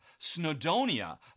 Snowdonia